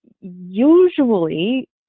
usually